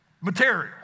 material